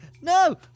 No